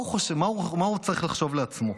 מה הוא צריך לחשוב לעצמו?